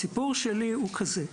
הסיפור שלי הוא כזה.